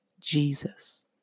Jesus